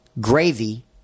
gravy